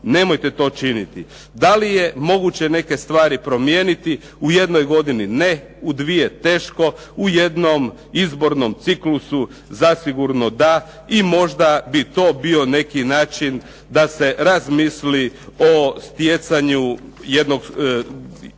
nemojte to činiti. Da li je moguće neke stvari promijeniti, u jednoj godini ne, u dvije teško, u jednom izbornom ciklusu zasigurno da i možda bi to bio neki način da se razmisli o stjecanju jednog izbornog